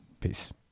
Peace